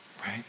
right